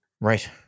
Right